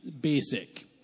basic